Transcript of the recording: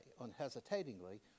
unhesitatingly